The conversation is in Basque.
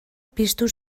piztu